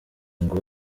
ngo